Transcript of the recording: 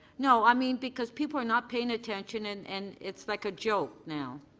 no, i mean because people are not paying attention and and it's like a joke now.